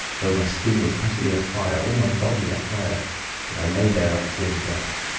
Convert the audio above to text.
though my skin was presently afire, all my body afire but i lay there like grim death.